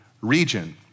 region